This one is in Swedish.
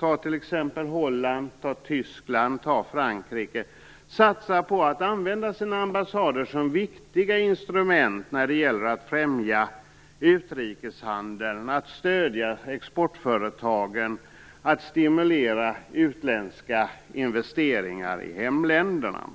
t.ex. Holland, Tyskland och Frankrike, satsar på att använda sina ambassader som viktiga instrument för att främja utrikeshandeln, att stödja exportföretagen och att stimulera utländska investeringar i hemländerna.